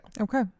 Okay